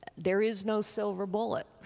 there is no silver bullet.